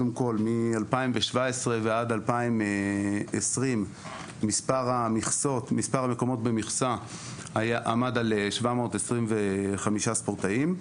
מ-2017 ועד 2020 מספר המקומות במכסה עמד על 725 ספורטאים,